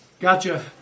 Gotcha